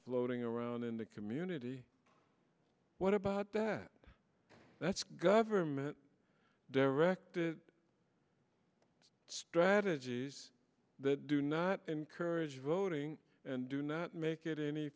floating around in the community what about that that's government directed strategies that do not encourage voting and do not make it any